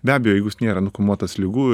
be abejo jeigu jis nėra nukamuotas ligų